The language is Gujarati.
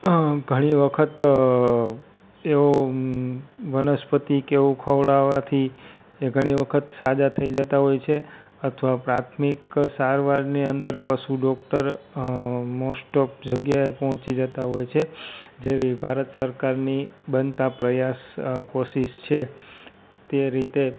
ઘણી વખત એવો વનસ્પતિ કે એવું ખવડાવાથી એ ઘણી વખત સાજા થઈ જતાં હોય છે અથવા પ્રાથમિક સારવારની અંદર પશુ ડૉક્ટર મોસટોપ જગ્યાએ પહોંચી જતાં હોય છે જેવી ભારત સરકારની બનતા પ્રયાસ કોશિશ છે તે રીતે